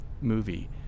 movie